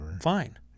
Fine